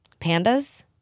pandas